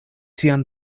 sian